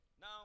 Now